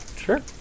Sure